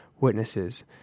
Witnesses